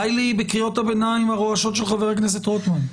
די לי בקריאות הביניים הרועשות שחבר הכנסת רוטמן.